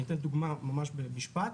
למשל,